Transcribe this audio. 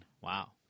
Wow